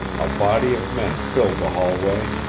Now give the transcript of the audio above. a body of men filled the hallway,